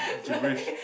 gibberish